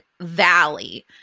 valley